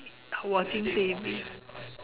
watching T_V